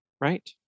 right